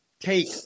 take